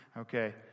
okay